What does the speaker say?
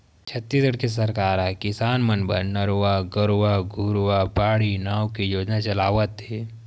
छत्तीसगढ़ के सरकार ह किसान मन बर नरूवा, गरूवा, घुरूवा, बाड़ी नांव के योजना चलावत हे